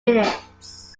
minutes